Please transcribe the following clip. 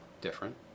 different